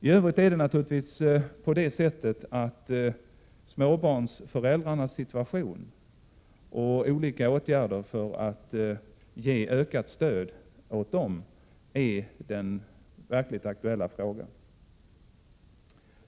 I övrigt är naturligtvis småbarnsföräldrarnas situation och olika åtgärder för att ge ökat stöd åt dem den verkligt aktuella frågan.